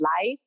life